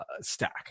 stack